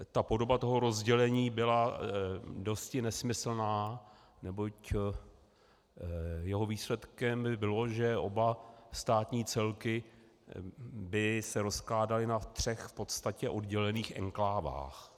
Ta podoba toho rozdělení byla dosti nesmyslná, neboť jeho výsledkem by bylo, že oba státní celky by se rozkládaly na třech v podstatě oddělených enklávách.